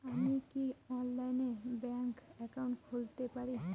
আমি কি অনলাইনে ব্যাংক একাউন্ট খুলতে পারি?